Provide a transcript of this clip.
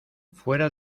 fuera